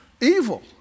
evil